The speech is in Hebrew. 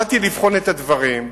באתי לבחון את הדברים,